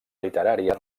literària